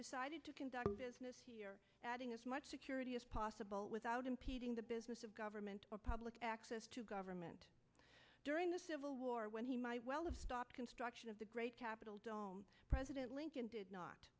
decided to conduct business as much security as possible without impeding the business of government or public access to government during the civil war when he might well of stop construction of the great capitol dome president lincoln did not